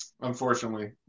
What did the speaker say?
Unfortunately